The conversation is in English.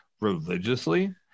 religiously